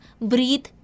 breathe